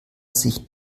sich